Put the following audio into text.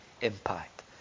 impact